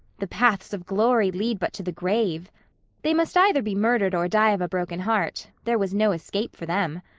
the paths of glory lead but to the grave they must either be murdered or die of a broken heart. there was no escape for them.